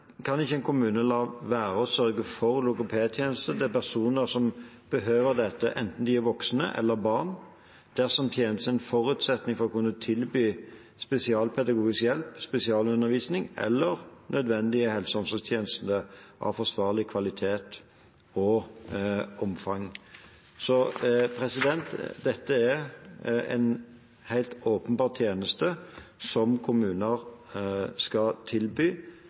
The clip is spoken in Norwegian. kommune la være å sørge for logopedtjenester til personer som behøver dette, enten det er voksne eller barn, dersom tjenesten er en forutsetning for å kunne tilby spesialpedagogisk hjelp, spesialundervisning eller nødvendige helse- og omsorgstjenester av forsvarlig kvalitet og omfang. Dette er helt åpenbart en tjeneste som kommuner skal tilby